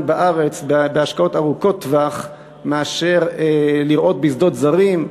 בארץ בהשקעות ארוכות-טווח ולא לרעות בשדות זרים?